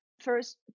first